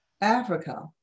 Africa